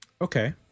Okay